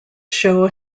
show